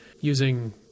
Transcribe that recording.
using